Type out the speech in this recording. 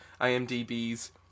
IMDb's